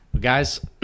guys